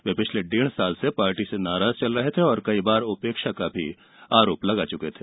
वे पिछले डेढ़ साल से पार्टी से नाराज चल रहे थे और कई बार उपेक्षा का भी आरोप लगा चुके थे